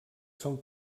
són